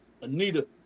Anita